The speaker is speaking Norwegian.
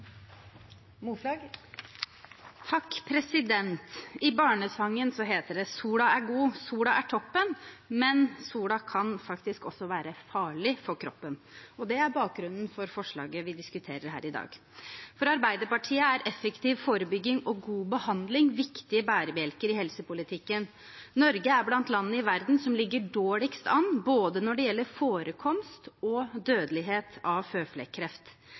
god. Sola er toppen». Men sola kan faktisk også være farlig for kroppen. Det er bakgrunnen for forslaget vi diskuterer her i dag. For Arbeiderpartiet er effektiv forebygging og god behandling viktige bærebjelker i helsepolitikken. Norge er blant landene i verden som ligger dårligst an når det gjelder både forekomst og dødelighet av føflekkreft.